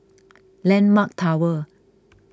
Landmark Tower